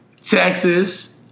Texas